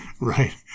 Right